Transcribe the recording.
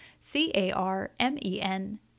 C-A-R-M-E-N